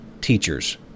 Teachers